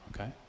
Okay